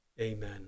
amen